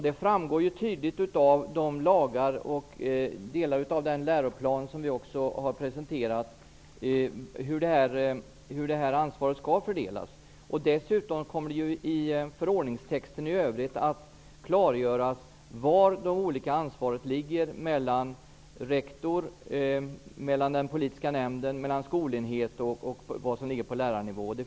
Det framgår tydligt av de lagar och de delar av den läroplan som vi har presenterat hur ansvaret skall fördelas. Dessutom kommer det i förordningstexten i övrigt att klargöras hur ansvaret skall vara fördelat mellan rektor, den politiska nämnden, skolenhet och lärare.